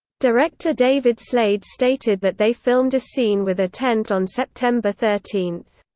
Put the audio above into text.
director david slade stated that they filmed a scene with a tent on september thirteen.